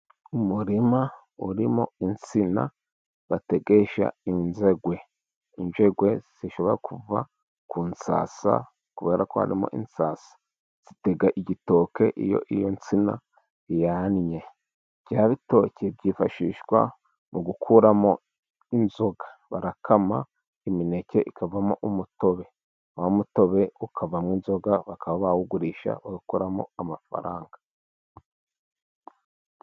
Umurima urimo insina bategesha injegwe. Injegwe zishobora kuva ku nsasa, kubera ko harimo insasa. Utega igitoke iyo insina yannye. Bya bitoke byifashishwa mu gukuramo inzoga. Barakama imineke ikavamo umutobe, wa mutobe, wa mutobe ukavamo inzoga, bakaba bawugurisha bagakuramo amafaranga.